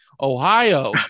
Ohio